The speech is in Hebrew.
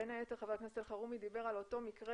בין היתר חבר הכנסת אלחרומי דיבר על אותו מקרה